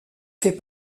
fait